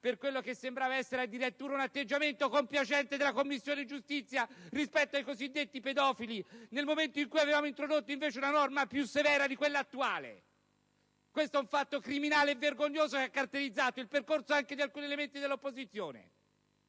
per quello che sembrava essere addirittura un atteggiamento compiacente della Commissione giustizia rispetto ai cosiddetti pedofili, nel momento in cui invece avevamo introdotto una norma più severa di quella attuale? Questo è un fatto criminale e vergognoso che ha caratterizzato il percorso anche di alcuni elementi dell'opposizione,